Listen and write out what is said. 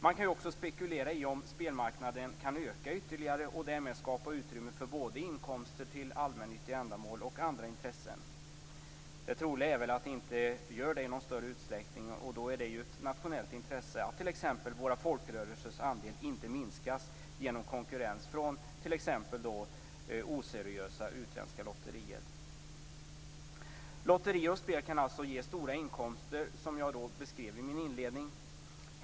Man kan ju också spekulera i om spelmarknaden kan öka ytterligare och därmed skapa utrymme för både inkomster till allmännyttiga ändamål och inkomster till andra intressen. Det troliga är väl att den inte gör det i någon större utsträckning, och då är det ju ett nationellt intresse att t.ex. våra folkrörelsers andel inte minskas genom konkurrens från t.ex. Lotterier och spel kan alltså ge stora inkomster, som jag beskrev i min inledning.